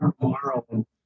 tomorrow